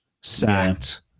sacked